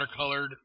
watercolored